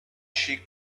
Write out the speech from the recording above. she